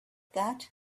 that